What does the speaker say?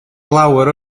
lawer